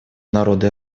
народы